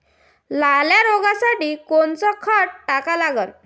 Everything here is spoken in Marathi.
लाल्या रोगासाठी कोनचं खत टाका लागन?